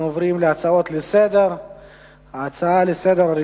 הצעות לסדר-היום.